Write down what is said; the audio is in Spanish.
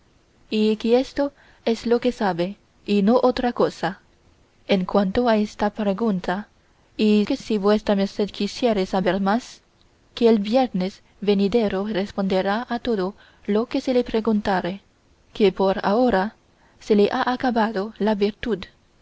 y que esto es lo que sabe y no otra cosa en cuanto a esta pregunta y que si vuesa merced quisiere saber más que el viernes venidero responderá a todo lo que se le preguntare que por ahora se le ha acabado la virtud